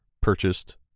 purchased